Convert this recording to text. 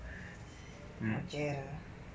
我觉得